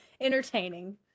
Entertaining